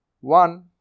one